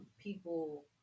people